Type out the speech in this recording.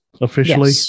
officially